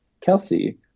Kelsey